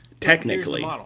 technically